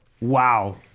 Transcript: Wow